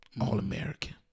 all-American